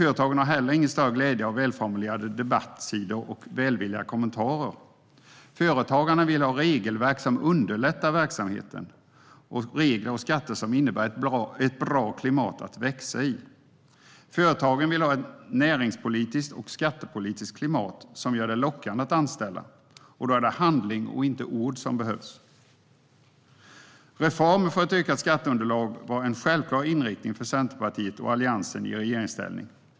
Företagaren har heller ingen större glädje av välformulerade debattsidor och välvilliga kommentarer. Företagarna vill ha regelverk som underlättar verksamheten. De vill ha regler och skatter som innebär ett bra klimat att växa i. Företagen vill ha ett näringspolitiskt och skattepolitiskt klimat som gör det lockande att anställa. Då är det handling och inte ord som behövs. Reformer för ett ökat skatteunderlag var en självklar inriktning för Centerpartiet och Alliansen i regeringsställning.